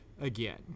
again